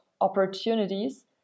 opportunities